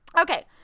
Okay